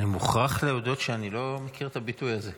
אני מוכרח להודות שאני לא מכיר את הביטוי הזה.